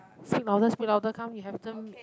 speak louder speak louder come you have them